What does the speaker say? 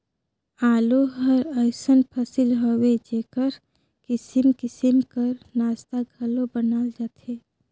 आलू हर अइसन फसिल हवे जेकर किसिम किसिम कर नास्ता घलो बनाल जाथे